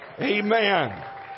Amen